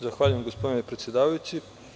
Zahvaljujem, gospodine predsedavajući.